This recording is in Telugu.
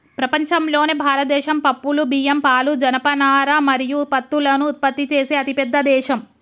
ప్రపంచంలోనే భారతదేశం పప్పులు, బియ్యం, పాలు, జనపనార మరియు పత్తులను ఉత్పత్తి చేసే అతిపెద్ద దేశం